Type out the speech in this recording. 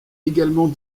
également